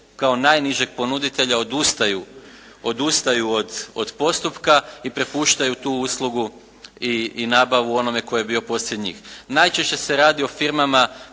najnižeg ponuditelja odustaju od postupka i prepuštaju tu uslugu i nabavu onome tko je bio poslije njih. Najčešće se radi o firmama